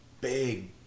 big